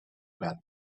about